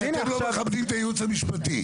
אתם לא מכבדים את הייעוץ המשפטי.